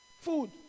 Food